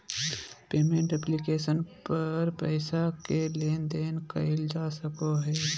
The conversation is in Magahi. पेमेंट ऐप्लिकेशन पर पैसा के लेन देन कइल जा सको हइ